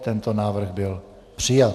Tento návrh byl přijat.